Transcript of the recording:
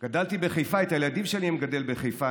גדלתי בחיפה, את הילדים שלי אני מגדל בחיפה.